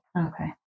Okay